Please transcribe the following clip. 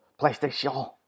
PlayStation